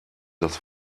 das